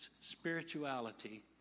spirituality